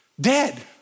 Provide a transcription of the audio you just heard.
Dead